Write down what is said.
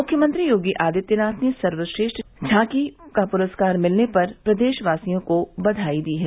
मुख्यमंत्री योगी आदित्यनाथ ने सर्वश्रेष्ठ झांकी का पुरस्कार मिलने पर प्रदेशवासियों को बधाई दी है